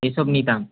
এসব নিতাম